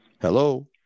Hello